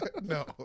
No